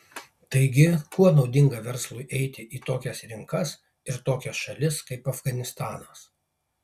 taigi kuo naudinga verslui eiti į tokias rinkas ir tokias šalis kaip afganistanas